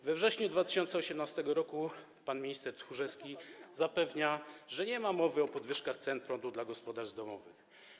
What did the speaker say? We wrześniu 2018 r. pan minister Tchórzewski zapewniał, że nie ma mowy o podwyżkach cen prądu dla gospodarstw domowych.